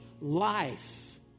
life